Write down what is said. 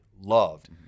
loved